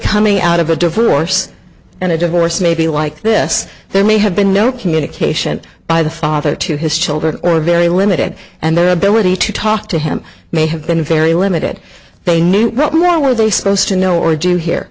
coming out of a divorce and a divorce maybe like this there may have been no communication by the father to his children or very limited and their ability to talk to him may have been very limited they knew well were they supposed to know